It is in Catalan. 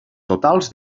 totals